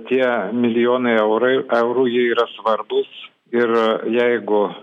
tie milijonai eurai eurų jie yra svarbūs ir jeigu